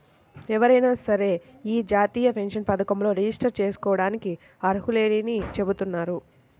ఎవరైనా సరే యీ జాతీయ పెన్షన్ పథకంలో రిజిస్టర్ జేసుకోడానికి అర్హులేనని చెబుతున్నారు